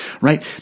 right